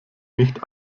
nicht